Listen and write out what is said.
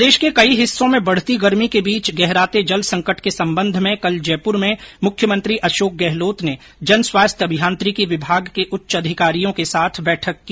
प्रदेश के कई हिस्सों में बढती गर्मी के बीच गहराते जल संकट के संबंध में कल जयपूर में मुख्यमंत्री अशोक गहलोत ने जन स्वास्थ्य अभियांत्रिकी विभाग के उच्च अधिकारियों के साथ बैठक की